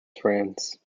france